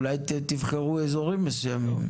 אולי תבחרו אזורים מסוימים.